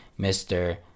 Mr